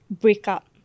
breakup